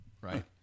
right